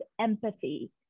empathy